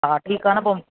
हा ठीक आहे न पोइ